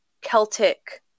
Celtic